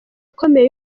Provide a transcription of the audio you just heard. akomeye